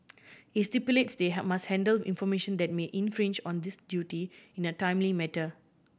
it stipulates they have must handle information that may infringe on this duty in a timely matter